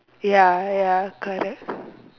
ya ya correct